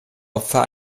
opfer